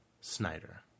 Snyder